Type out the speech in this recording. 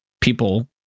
people